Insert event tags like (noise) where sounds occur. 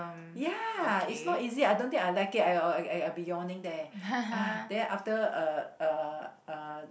ya it's not easy I don't think I'll like it I'll be yawning there (noise) then after uh uh uh